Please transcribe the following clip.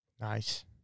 nice